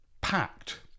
packed